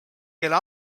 kelle